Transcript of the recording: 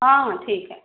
हाँ हाँ ठीक है